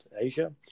Asia